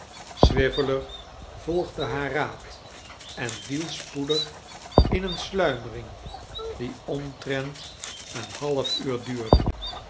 swiveller volgde haar raad en viel spoedig in eene sluimering die omtrent een half uur duurde